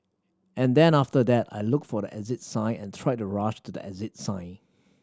and then after that I looked for the exit sign and tried to rush to the exit sign